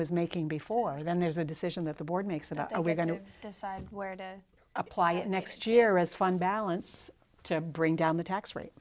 was making before then there's a decision of the board makes that i we're going to decide where to apply it next year as fun balance to bring down the tax rate